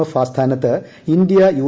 F ആസ്ഥാനത്ത് India U